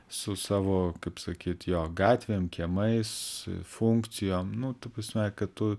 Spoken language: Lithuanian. su savo kaip sakyt jo gatvėm kiemais funkcijom nu ta prasme kad tu